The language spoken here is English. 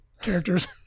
characters